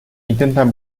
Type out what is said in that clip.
intentan